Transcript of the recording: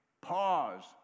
Pause